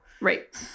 Right